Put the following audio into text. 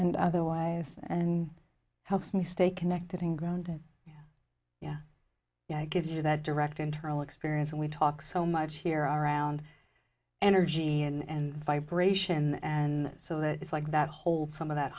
and otherwise and helps me stay connected and grounded yeah yeah yeah gives you that direct internal experience and we talk so much here are around energy and vibration and so it is like that hold some of that